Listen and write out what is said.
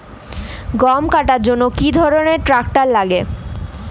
গম কাটার জন্য কি ধরনের ট্রাক্টার লাগে?